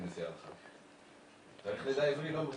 לפי ההלכה תאריך הלידה העברי לא מופיע,